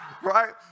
right